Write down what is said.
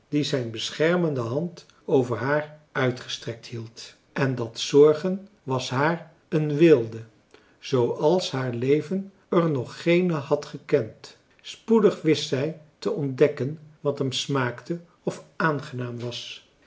die zijn beschermende hand over haar uitgestrekt hield en dat zorgen was haar een weelde zooals haar leven er nog geene had gekend spoedig wist zij te ontdekken wat hem smaakte of aangenaam was